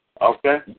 Okay